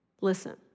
Listen